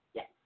Yes